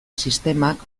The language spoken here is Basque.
sistemak